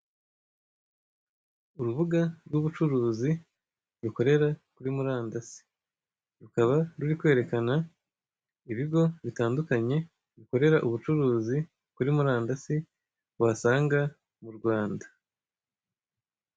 Urubuga rw'ubucuruzi rukorera kuri murandasi, rukaba ruri kwerekana ibigo bitandukanye bikorera ubucuruzi kuri murandasi, wasanga mu Rwanda.